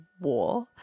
war